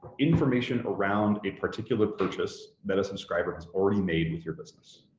information around a particular purchase that a subscriber has already made with your business.